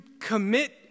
commit